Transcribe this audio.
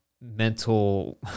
mental